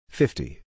fifty